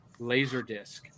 Laserdisc